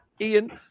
Ian